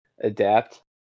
adapt